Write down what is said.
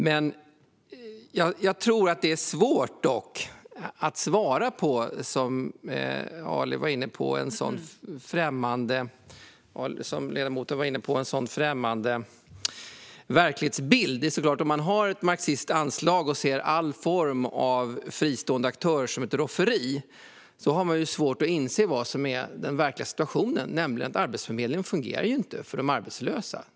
Det är dock svårt att svara på, vilket ledamoten var inne på, en så främmande verklighetsbild. Om man har ett marxistiskt anslag och ser alla former av fristående aktörer som ett rofferi har man svårt att inse vad som är den verkliga situationen, nämligen att Arbetsförmedlingen inte fungerar för de arbetslösa.